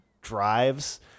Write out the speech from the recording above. drives